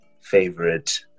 favorite